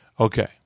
Okay